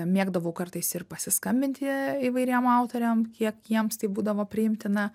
mėgdavau kartais ir pasiskambinti įvairiem autoriam kiek jiems tai būdavo priimtina